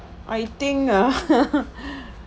I think ah